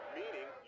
meaning